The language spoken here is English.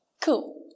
Cool